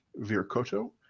Virkoto